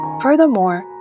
Furthermore